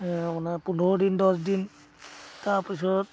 আপোনাৰ পোন্ধৰ দিন দহদিন তাৰপিছত